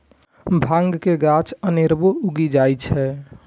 भांग के गाछ अनेरबो उगि जाइ छै